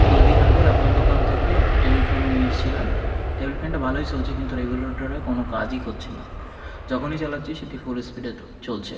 দু দিন আগে আপনার দোকান থেকে একটি টেবিল ফ্যান নিয়ে এসেছিলাম টেবিল ফ্যানটা ভালোই চলছে কিন্তু রেগুলেটারে কোনও কাজই করছে না যখনই চালাচ্ছি সেটি ফুল স্পিডে চলছে